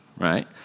right